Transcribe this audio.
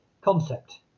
concept